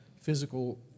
physical